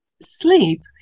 sleep